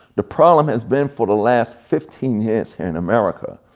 the problem has been for the last fifteen years, here in america,